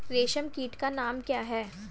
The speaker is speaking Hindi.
रेशम कीट का नाम क्या है?